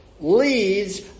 leads